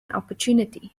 opportunity